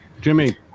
Jimmy